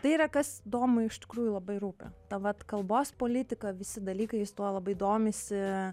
tai yra kas domui iš tikrųjų labai rūpi ta vat kalbos politika visi dalykai jis tuo labai domisi